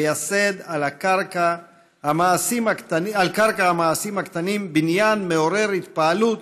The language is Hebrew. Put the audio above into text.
לייסד על קרקע המעשים הקטנים בניין מעורר התפעלות